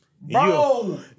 Bro